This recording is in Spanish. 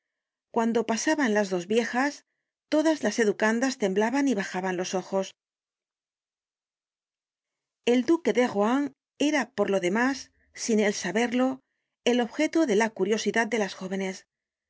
cuando pasaban las dos viejas todas las educandas temblaban y bajaban los ojos el duque de rohan era por lo demás sin él saberlo el objeto de la curiosidad de las jóvenes